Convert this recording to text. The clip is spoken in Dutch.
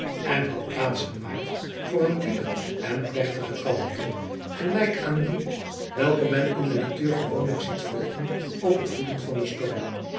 en had plaats gemaakt voor een diepe en plechtige kalmte gelijk aan die welke men in de natuur gewoonlijk ziet volgen op het woeden van den storm